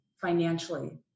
financially